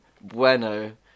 bueno